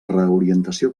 reorientació